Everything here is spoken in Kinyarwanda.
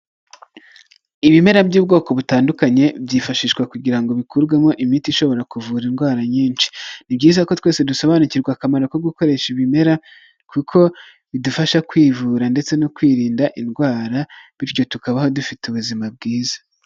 Ibimera by'ubwoko butandukanye byifashishwa kugira bikurwemo imiti ishobora kuvura indwara nyinshi, ni byiza ko twese dusobanukirwa akamaro ko gukoresha ibimera kuko bidufasha kwivura ndetse no kwirinda indwara, bityo tukabaho dufite ubuzima bwiza.